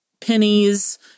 pennies